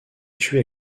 tué